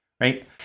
right